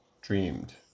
dreamed